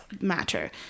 matter